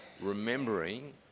remembering